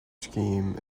scheme